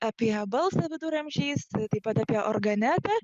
apie balsą viduramžiais taip pat apie organepę